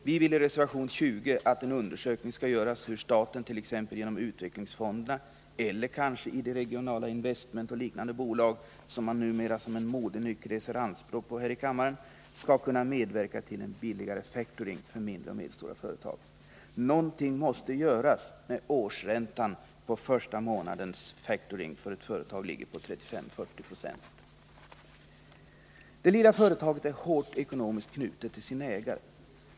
Vi vill i reservation 20 att en undersökning skall göras hur staten, t.ex. genom utvecklingsfonderna eller kanske i regionalpolitiska investmentbolag och liknande bolag som det numera här i kammaren blivit en modenyck att resa anspråk på, skall kunna medverka till en billigare factoring för mindre och medelstora företag. Någonting måste göras när årsräntan på första månadens factoring för ett företag ligger på 35 å 40 96. Det lilla företaget är hårt ekonomiskt knutet till sin ägare.